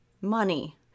money